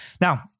Now